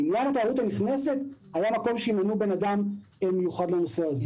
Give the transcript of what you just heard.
לעניין התיירות הנכנסת היה מקום שימנו אדם מיוחד לנושא הזה.